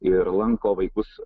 ir lanko vaikus